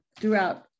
throughout